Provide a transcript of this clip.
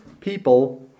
people